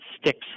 sticks